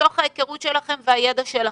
מתוך ההיכרות שלכם והידע שלכם,